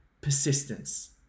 persistence